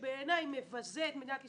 שבעיניי מבזה את מדינת ישראל,